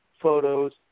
photos